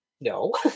No